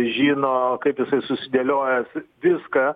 žino kaip jisai susidėliojęs viską